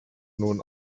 nun